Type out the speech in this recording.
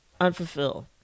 Unfulfilled